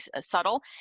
subtle